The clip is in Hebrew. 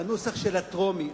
בנוסח של הטרומית,